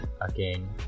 again